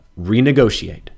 renegotiate